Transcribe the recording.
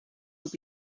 will